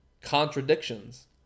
contradictions